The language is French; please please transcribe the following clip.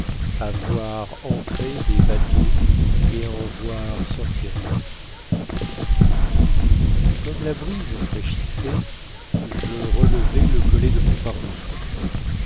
voir entrer des bateaux et à en voir sortir dautres comme la brise fraîchissait je relevai le collet de mon pardessus